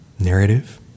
narrative